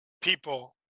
people